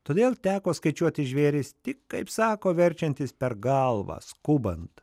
todėl teko skaičiuoti žvėris tik kaip sako verčiantis per galvą skubant